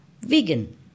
vegan